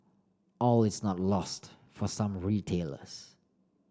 all is not lost for some retailers